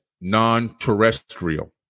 non-terrestrial